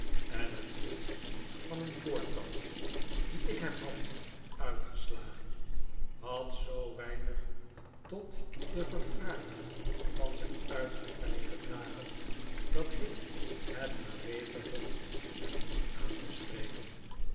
en het verlies van een voortand dien ik hem had uitgeslagen had zoo weinig tot de verfraaiing van zijn uiterlijk bijgedragen dat ik het maar beter vond hem niet aan te spreken